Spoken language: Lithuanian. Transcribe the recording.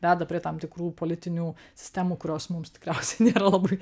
veda prie tam tikrų politinių sistemų kurios mums tikriausiai nėra labai